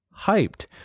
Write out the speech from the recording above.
hyped